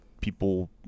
people